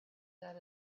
that